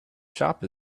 shop